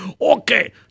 Okay